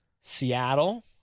Seattle